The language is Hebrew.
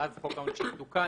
מאז חוק העונשין תוקן,